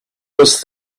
was